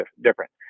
different